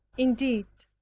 indeed,